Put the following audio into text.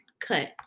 cut